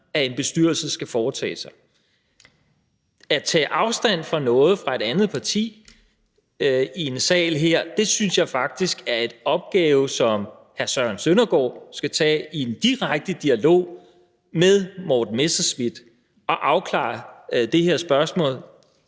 en bestyrelse skal foretage sig. At tage afstand fra noget fra et andet parti her i salen synes jeg faktisk er en opgave, som hr. Søren Søndergaard skal påtage sig i en direkte dialog med hr. Morten Messerschmidt og få afklaret det her spørgsmål